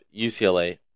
UCLA